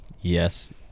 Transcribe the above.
Yes